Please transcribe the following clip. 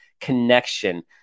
connection